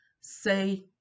say